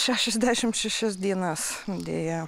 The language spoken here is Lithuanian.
šešiasdešim šešias dienas deja